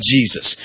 Jesus